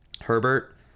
herbert